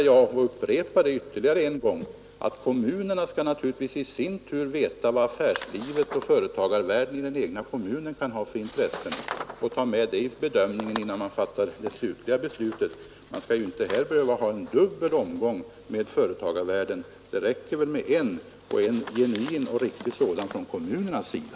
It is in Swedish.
Jag upprepar att kommunerna naturligtvis i sin tur skall veta vilka intressen affärslivet och företagarvärlden i den egna Nr 123 Torsdagen den ” vi 23tiöveniber, 1972: företagarvärlden; Det räcker med en genuin och riktig sådan från RANE — kommunernas sida.